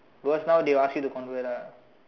because now they will ask you to convert ah